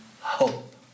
hope